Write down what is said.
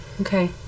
Okay